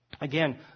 Again